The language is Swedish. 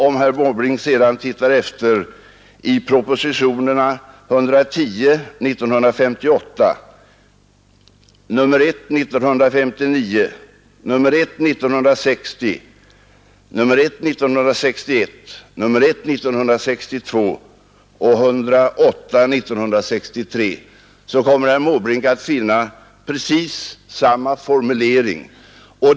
Om herr Måbrink sedan tittar efter i propositionerna 1958:110, 1959:1, 1960:1, 1961:1, 1962:1 och 1963:108, så kommer herr Måbrink att finna precis samma formulering.